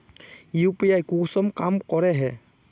UPI कुंसम काम करे है?